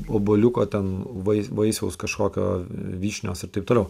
obuoliuko ten vai vaisiaus kažkokio vyšnios ir taip toliau